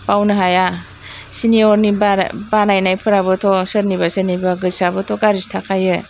बावनो हाया चिनियरनि बानायनाय फोराबोथ' सोरनिबा सोरनिबा गोसोयाबोथ' गाज्रि थाखायो